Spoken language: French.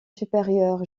supérieur